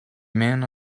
man